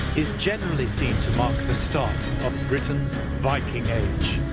is generally seen to mark the start of britain's viking age.